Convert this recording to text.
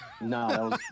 no